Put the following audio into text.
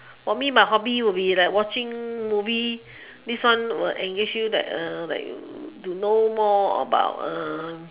for me my hobby would be like watching movie this one will engage you like like to know more about uh